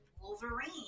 Wolverine